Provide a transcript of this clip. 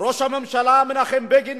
ראש הממשלה מנחם בגין,